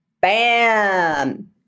Bam